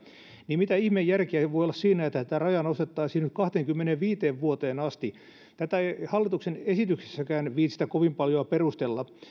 niin mitä ihmeen järkeä voi olla siinä että tätä rajaa nostettaisiin nyt kahteenkymmeneenviiteen vuoteen asti tätä ei hallituksen esityksessäkään viitsitä kovin paljoa perustella